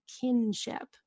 kinship